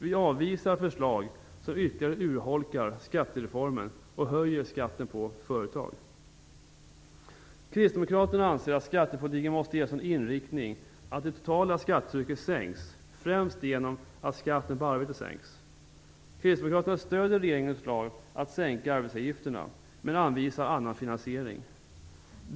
Vi avvisar förslag som ytterligare urholkar skattereformen och höjer skatten på företag. Kristdemokraterna anser att skattepolitiken måste ges en sådan inriktning att det totala skattetrycket sänks, främst genom att skatten på arbete sänks. Kristdemokraterna stöder regeringens förslag att sänka arbetsgivaravgifterna men anvisar en annan finansiering.